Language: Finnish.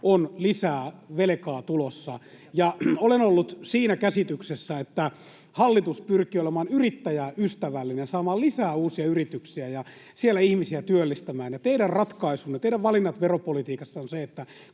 on lisää velkaa tulossa. Olen ollut siinä käsityksessä, että hallitus pyrkii olemaan yrittäjäystävällinen, saamaan lisää uusia yrityksiä ja siellä ihmisiä työllistämään. Teidän ratkaisunne, teidän valintanne, veropolitiikassa ovat